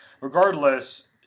regardless